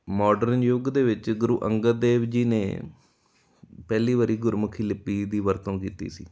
modern ਯੁੱਗ ਦੇ ਵਿੱਚ ਗੁਰੂ ਅੰਗਦ ਦੇਵ ਜੀ ਨੇ ਪਹਿਲੀ ਵਾਰ ਗੁਰਮੁਖੀ ਲਿਪੀ ਦੀ ਵਰਤੋਂ ਕੀਤੀ ਸੀ